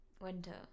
Winter